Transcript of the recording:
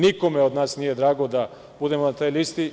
Nikome od nas nije drago da budemo na toj listi.